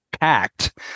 packed